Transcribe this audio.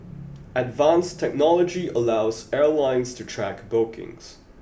advanced technology allows airlines to track bookings